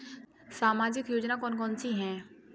सामाजिक योजना कौन कौन सी हैं?